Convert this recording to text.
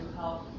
help